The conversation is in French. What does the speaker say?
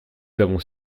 avons